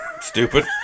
Stupid